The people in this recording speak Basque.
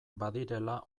badirela